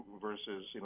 versus